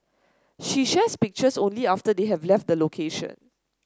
she shares pictures only after they have left the location